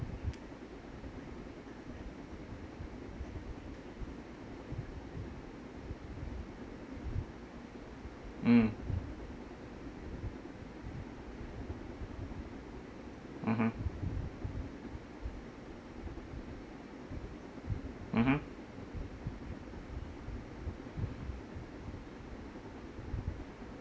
mm mmhmm mmhmm